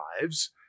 lives